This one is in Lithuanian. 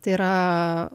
tai yra